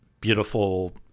beautiful